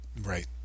right